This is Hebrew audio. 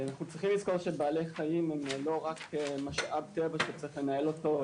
אנחנו צריכים לזכור שבעלי חיים הם לא רק משאב טבע שצריך לנהל אותו,